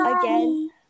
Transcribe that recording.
again